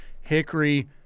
hickory